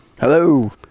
hello